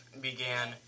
began